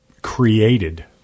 created